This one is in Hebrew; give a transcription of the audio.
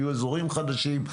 יהיו אזורים חדשים,